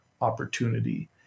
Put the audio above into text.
opportunity